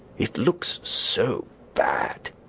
it looks so bad.